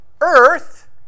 earth